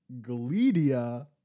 Gledia